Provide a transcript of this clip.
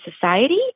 society